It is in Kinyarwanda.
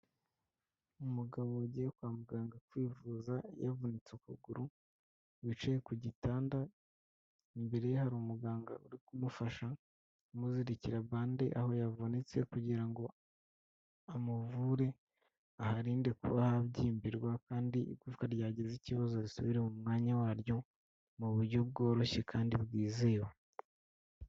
Umugabo wagiye kwa muganga kwivuza yavunitse ukuguru, wicaye ku gitanda, imbere ye hari umuganga uri kumufasha amuzirikira bande aho yavunitse kugira ngo amuvure, aharinde kuba habyimbirwa kandi igufwa ryagize ikibazo risubire mu mwanya waryo mu buryo bworoshye kandi bwizewe.